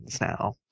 now